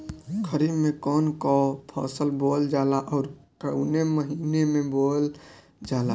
खरिफ में कौन कौं फसल बोवल जाला अउर काउने महीने में बोवेल जाला?